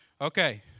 Okay